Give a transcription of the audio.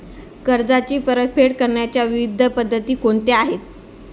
कर्जाची परतफेड करण्याच्या विविध पद्धती कोणत्या आहेत?